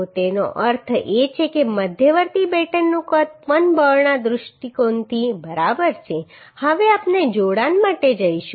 તો તેનો અર્થ એ છે કે મધ્યવર્તી બેટનનું કદ પણ બળના દૃષ્ટિકોણથી બરાબર છે હવે આપણે જોડાણ માટે જઈશું